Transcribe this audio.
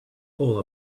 all